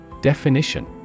Definition